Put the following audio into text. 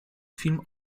film